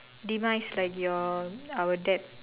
demise like your our debt